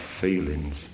feelings